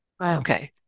okay